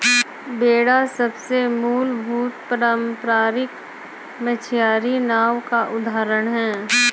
बेड़ा सबसे मूलभूत पारम्परिक मछियारी नाव का उदाहरण है